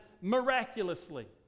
miraculously